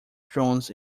drones